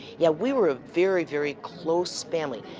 yeah. we were a very, very close family.